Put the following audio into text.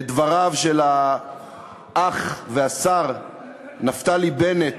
את דבריו של האח והשר נפתלי בנט.